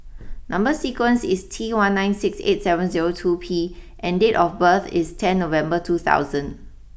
number sequence is T one nine six eight seven zero two P and date of birth is ten November two thousand